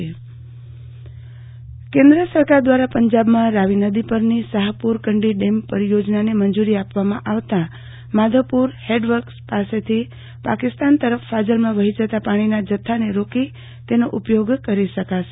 આરતીબેન ભદ્દ રાવી નદી પર ડેમ પરિયોજના કેન્દ્ર સરકાર દ્રારા પંજાબમાં રાવી નદી પરની શાહપુર કંડી ડેમ પરિયોજનાને મંજુરી આપવામાં આવતા માધાંપુર હેડવકર્સ પાસેથી પાકિસ્તાન તરફ ફાજલમાં વહી જતાં પાણીના જથ્થાને રોકી તેનો ઉપયોગ કરી શકાશે